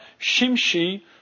Shimshi